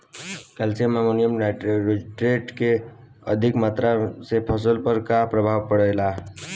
Calcium ammonium nitrate के अधिक मात्रा से फसल पर का प्रभाव परेला?